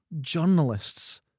journalists